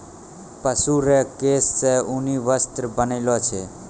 पशु रो केश से ऊनी वस्त्र बनैलो छै